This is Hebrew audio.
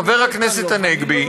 חבר הכנסת הנגבי,